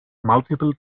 multiple